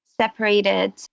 separated